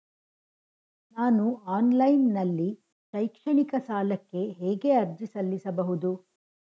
ನಾನು ಆನ್ಲೈನ್ ನಲ್ಲಿ ಶೈಕ್ಷಣಿಕ ಸಾಲಕ್ಕೆ ಹೇಗೆ ಅರ್ಜಿ ಸಲ್ಲಿಸಬಹುದು?